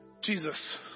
Jesus